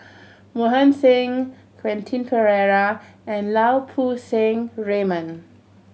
Mohan Singh Quentin Pereira and Lau Poo Seng Raymond